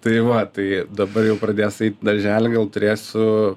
tai va tai dabar jau pradės eit į darželį gal turėsiu